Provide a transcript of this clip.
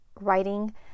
writing